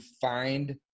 find